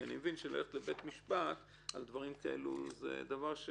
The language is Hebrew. אני מבין שללכת לבית המשפט על דברים כאלה זה דבר שהוא